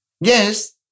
Yes